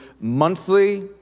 monthly